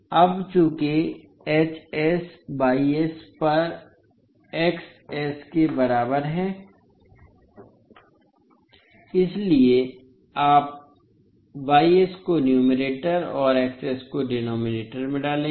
अब चूंकि पर के बराबर है इसलिए आप को न्यूमैरेटर और को डिनोमिनेटर में डालेंगे